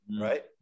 Right